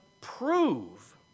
prove